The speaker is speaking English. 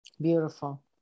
Beautiful